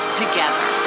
together